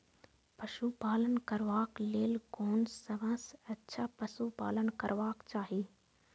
पशु पालन करबाक लेल कोन सबसँ अच्छा पशु पालन करबाक चाही?